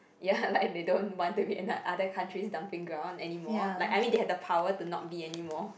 ya like they don't want to be ano~ other countries dumping ground anymore like I mean they have the power to not be anymore